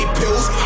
pills